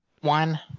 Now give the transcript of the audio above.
One